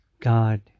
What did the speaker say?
God